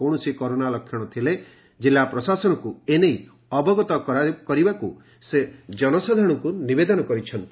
କୌଣସି କରୋନା ଲକ୍ଷଣ ଥିଲେ କିଲ୍ଲା ପ୍ରଶାସନକୁ ଏନେଇ ଅବଗତ କରିବାକୁଁ ସେ ଜନସାଧାରଶଙ୍କୁ ନିବେଦନ କରିଛନ୍ତି